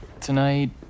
Tonight